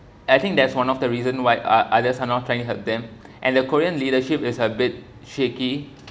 I think that's one of the reason why uh others are not trying to them and the korean leadership is a bit shaky